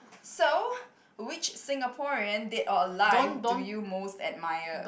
so which Singaporean dead or alive do you most admire